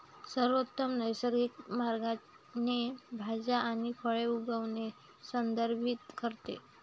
सर्वोत्तम नैसर्गिक मार्गाने भाज्या आणि फळे उगवणे संदर्भित करते